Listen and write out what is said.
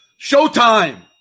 Showtime